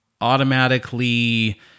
automatically